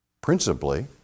principally